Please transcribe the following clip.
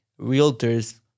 realtors